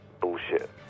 bullshit